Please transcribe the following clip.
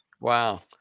Wow